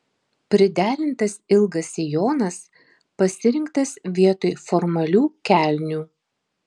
priderintas ilgas sijonas pasirinktas vietoj formalių kelnių